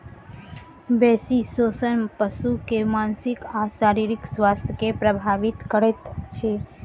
बेसी शोषण पशु के मानसिक आ शारीरिक स्वास्थ्य के प्रभावित करैत अछि